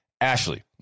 Ashley